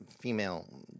female